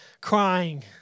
crying